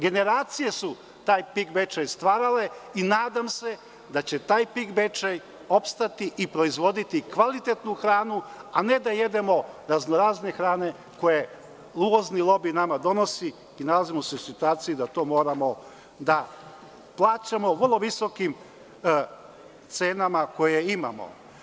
Generacije su taj PIK Bečej stvarale i nadam se da će taj PIK Bečej opstati i proizvoditi kvalitetnu hranu, a ne da jedemo raznorazne hrane koje uvozni lobi nama donosi i nalazimo se u situaciji da to moramo da plaćamo vrlo visokim cenama koje imamo.